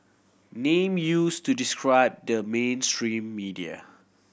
name used to describe the mainstream media